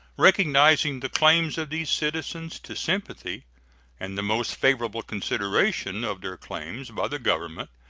recognizing the claims of these citizens to sympathy and the most favorable consideration of their claims by the government,